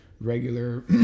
regular